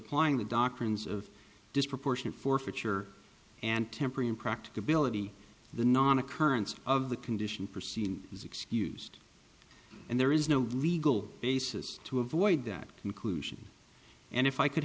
pplying the doctrines of disproportionate forfeiture and temporary impracticability the non occurrence of the condition proceed is excused and there is no legal basis to avoid that conclusion and if i could